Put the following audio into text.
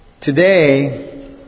Today